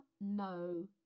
no